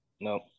No